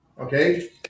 okay